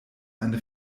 eine